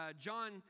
John